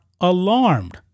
alarmed